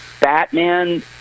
Batman